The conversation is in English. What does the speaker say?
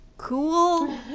cool